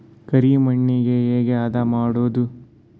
ಕರಿ ಮಣ್ಣಗೆ ಹೇಗೆ ಹದಾ ಮಾಡುದು?